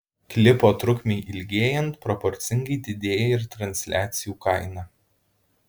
klipo trukmei ilgėjant proporcingai didėja ir transliacijų kaina